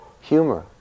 humor